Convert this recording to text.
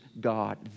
God